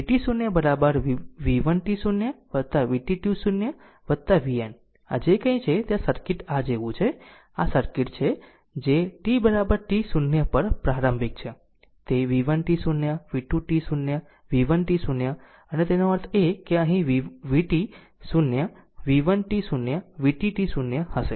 હવે vt0 v1 t0 v2 t0 vn જે કંઈ છે ત્યાં સર્કિટ આ જેવું છે આ સર્કિટ છે t t 0 પર પ્રારંભિક તે v1 t0 v2 t0 v1 t0 અને તેનો અર્થ એ કે અહીં vt 0 v 1 t 0 v 2 t 0 હશે